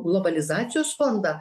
globalizacijos fondą